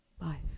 life